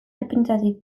erpinetatik